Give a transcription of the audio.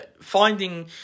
Finding